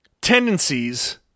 Tendencies